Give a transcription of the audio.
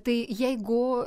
tai jeigu